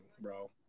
bro